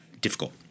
difficult